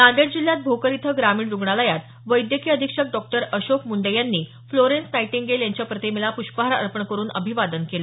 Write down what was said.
नांदेड जिल्ह्यात भोकर इथं ग्रामीण रुग्णालयात वैद्यकीय अधीक्षक डॉ अशोक मुंडे यांनी फ्लोरेन्स नाईटिंगेल यांच्या प्रतिमेला पुष्षहार अर्पण करून अभिवादन केलं